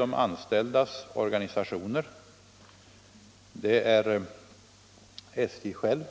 De anställdas organisationer, företaget självt